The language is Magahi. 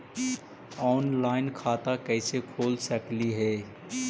ऑनलाइन खाता कैसे खोल सकली हे कैसे?